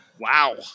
Wow